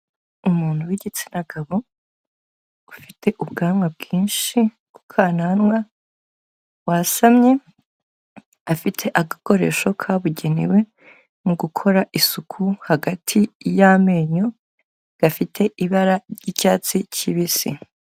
Umuntu w'igitsina gabo ufite ubwanwa bwinshi ku kananwa wasamye, afite agakoresho kabugenewe mu gukora isuku hagati y'amenyo, gafite ibara ry'icyatsi kibisi.